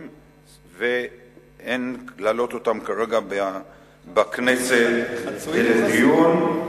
ואין להעלות אותם כרגע בכנסת לדיון.